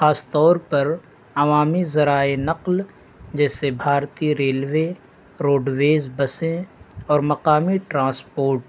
خاص طور پر عوامی ذرائع نقل جیسے بھارتی ریلوے روڈویز بسیں اور مقامی ٹرانسپورٹ